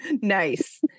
Nice